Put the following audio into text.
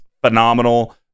phenomenal